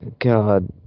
God